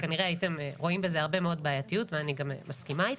כנראה הייתם רואים בזה הרבה מאוד בעייתיות ואני גם מסכימה איתה.